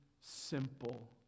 simple